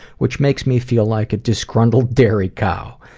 which makes me feel like a disgruntled dairy cow,